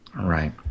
Right